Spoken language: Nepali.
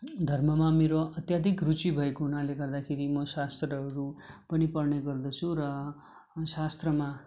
धर्ममा मेरो अत्याधिक रुचि भएको हुनाले गर्दाखेरि म शास्त्रहरू पनि पढ्ने गर्दछु र शास्त्रमा